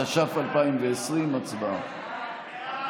התשפ"א 2020. הצבעה.